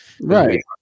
right